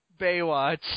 Baywatch